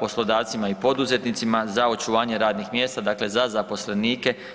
poslodavcima i poduzetnicima za očuvanje radnih mjesta, dakle za zaposlenike.